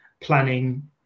planning